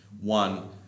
One